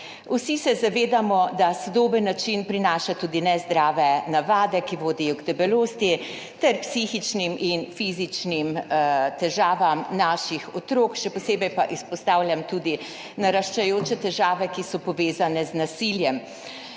Vsi se zavedamo, da sodoben način prinaša tudi nezdrave navade, ki vodijo k debelosti ter psihičnim in fizičnim težavam naših otrok, še posebej pa izpostavljam tudi naraščajoče težave, ki so povezane z nasiljem,